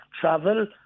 travel